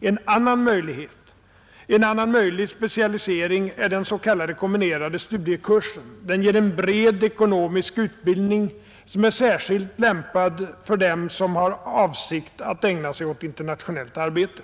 En annan möjlig specialisering är den s.k. kombinerade studiekursen. Den ger en bred ekonomisk utbildning som är särskilt lämpad för dem som har för avsikt att ägna sig åt internationellt arbete.